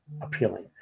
appealing